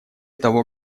того